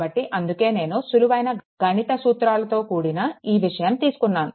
కాబట్టి అందుకే నేను సులువైన గణిత సూత్రాలతో కూడిన ఈ విషయం తీసుకున్నాను